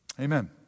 Amen